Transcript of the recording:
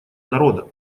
народа